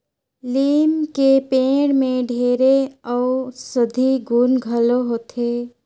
लीम के पेड़ में ढेरे अउसधी गुन घलो होथे